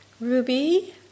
Ruby